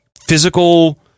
physical